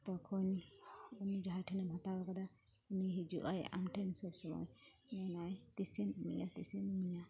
ᱛᱚᱠᱷᱚᱱ ᱩᱱᱤ ᱡᱟᱦᱟᱭ ᱴᱷᱮᱱᱮᱢ ᱦᱟᱛᱟᱣ ᱠᱟᱫᱟ ᱩᱱᱤ ᱦᱤᱡᱩᱜ ᱟᱭ ᱟᱢᱴᱷᱮᱱ ᱥᱚᱵᱥᱚᱢᱚᱭ ᱢᱮᱱᱟᱭ ᱛᱤᱥᱮᱢ ᱤᱢᱟᱹᱧᱟ ᱛᱤᱥᱮᱢ ᱤᱢᱟᱹᱧᱟ